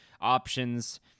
options